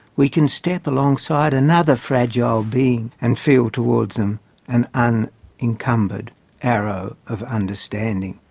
we can step alongside another fragile being, and feel towards them an and unencumbered arrow of understanding.